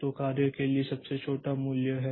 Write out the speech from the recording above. तो कार्य के लिए यह सबसे छोटा मूल्य है